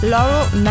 Laurel